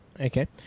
Okay